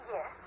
Yes